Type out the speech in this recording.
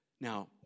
Now